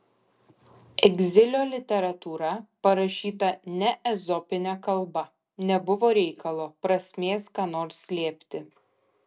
egzilio literatūra parašyta ne ezopine kalba nebuvo reikalo prasmės ką nors slėpti